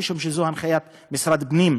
משום שזו הנחיית משרד הפנים עכשיו.